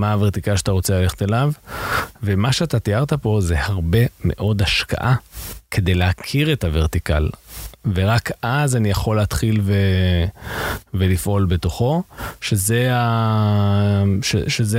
מה הוורטיקל שאתה רוצה ללכת אליו, ומה שאתה תיארת פה זה הרבה מאוד השקעה, כדי להכיר את הוורטיקל, ורק אז אני יכול להתחיל ולפעול בתוכו, שזה